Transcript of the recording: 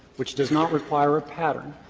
which does not require a pattern,